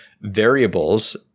variables